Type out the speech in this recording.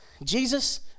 Jesus